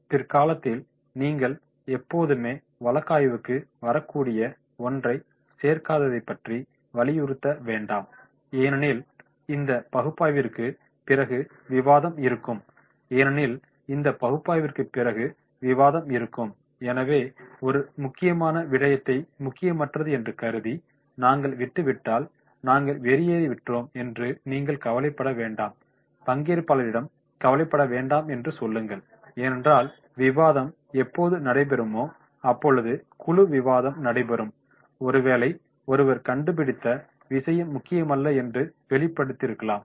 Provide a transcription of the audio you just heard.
பிற்காலத்தில் நீங்கள் எப்போதுமே வழக்காய்வுக்கு வரக்கூடிய ஒன்றைச் சேர்க்காததைப் பற்றி வலியுறுத்த வேண்டாம் ஏனெனில் இந்த பகுப்பாய்விற்குப் பிறகு விவாதம் இருக்கும் ஏனெனில் இந்த பகுப்பாய்விற்குப் பிறகு விவாதம் இருக்கும் எனவே ஒரு முக்கியமான விடயத்தை முக்கியமற்றது என்று கருதி நாங்கள் விட்டுவிட்டால் நாங்கள் வெளியேறிவிட்டோம் என்று நீங்கள் கவலைப்பட வேண்டாம் பங்கேற்பாளரிடம் கவலைப்பட வேண்டாம் என்று சொல்லுங்கள் ஏனென்றால் விவாதம் எப்போது நடைபெறுமோ அப்பொழுது குழு விவாதம் நடைபெறும் ஒருவேளை ஒருவர் கண்டுபிடித்த விஷயம் முக்கியமல்ல என்று வெளிவந்திருக்கலாம்